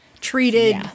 treated